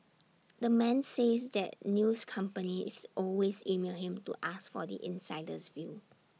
the man says that news companies always email him to ask for the insider's view